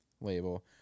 label